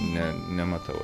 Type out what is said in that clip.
ne nematau